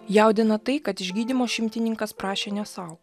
jaudina tai kad išgydymo šimtininkas prašė ne sau